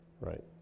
right